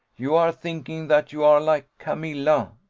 you are thinking that you are like camilla,